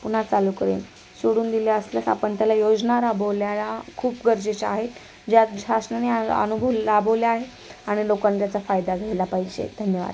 पुन्हा चालू करून सोडून दिल्या असल्यास आपण त्याला योजना राबवल्या खूप गरजेच्या आहेत ज्यात शासनाने आन अनुभव राबवल्या आहे आणि लोकांनी त्याचा फायदा घ्यायला पाहिजे धन्यवाद